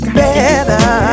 better